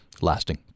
lasting